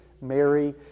Mary